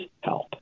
help